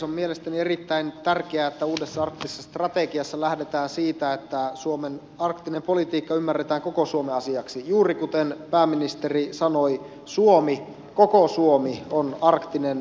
on mielestäni erittäin tärkeää että uudessa arktisessa strategiassa lähdetään siitä että suomen arktinen politiikka ymmärretään koko suomen asiaksi juuri kuten pääministeri sanoi että suomi koko suomi on arktinen maa